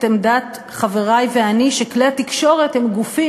את עמדת חברי ועמדתי שכלי התקשורת הם גופים